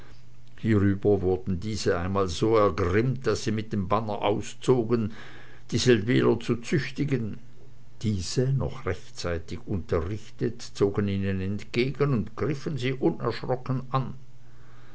hierüber wurden diese einmal so ergrimmt daß sie mit dem banner auszogen die seldwyler zu züchtigen diese noch rechtzeitig unterrichtet zogen ihnen entgegen und griffen sie unerschrocken an